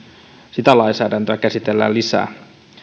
sitä lainsäädäntöä käsitellään lisää